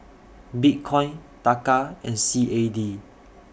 Bitcoin Taka and C A D